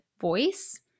voice